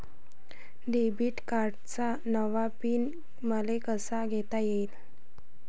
Debit कार्डचा नवा PIN मले कसा घेता येईन?